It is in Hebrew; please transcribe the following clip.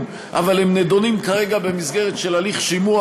אבל הם נדונים כרגע במסגרת של הליך שימוע,